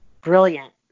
Brilliant